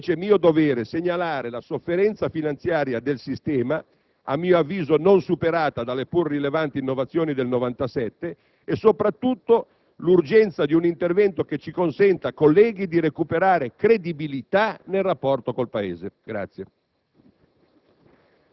Era invece mio dovere segnalare la sofferenza finanziaria del sistema (a mio avviso non superata dalle pur rilevanti innovazioni del 1997) e, soprattutto, l'urgenza di un intervento che ci consenta, colleghi, di recuperare credibilità nel rapporto con il Paese.